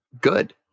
good